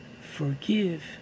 forgive